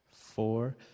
four